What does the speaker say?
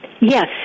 Yes